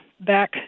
Back